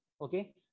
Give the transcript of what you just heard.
Okay